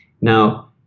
Now